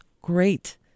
great